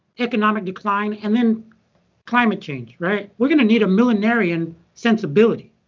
economic decline, and then climate change, right? we're going to need a millinarian sensibility.